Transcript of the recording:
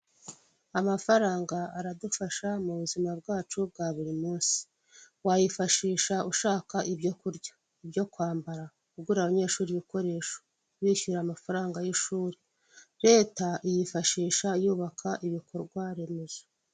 Amafaranga aradufasha mu buzima bwacu bwa buri munsi wayifashisha ushaka ibyo kurya, ibyo kwambara, ugurira abanyeshuri ibikoresho, bishyura amafaranga y'ishuri, leta iyifashisha yubaka ibikorwa remezo.